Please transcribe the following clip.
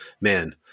man